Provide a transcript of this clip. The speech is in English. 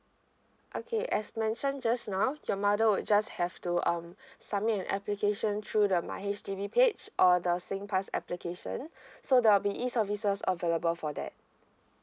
okay as mentioned just now your mother would just have to um submit an application through the my H_D_B page or the singpass application so there'll be E services available for that